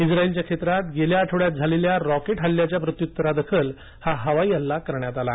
इस्राइलच्या क्षेत्रात गेल्या आठवड्यात झालेल्या राँकेटहल्ल्याच्या प्रत्युत्तरादाखल हा हवाई हल्ला करण्यात आला आहे